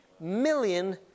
million